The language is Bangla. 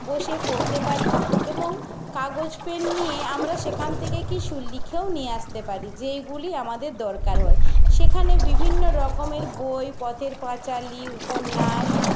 বসে পড়তে পারি এবং কাগজ পেন নিয়ে আমরা সেখান থেকে কিছু লিখেও নিয়ে আসতে পারি যেইগুলি আমাদের দরকার হয় সেখানে বিভিন্ন রকমের বই পথের পাঁচালি উপন্যাস